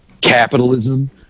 capitalism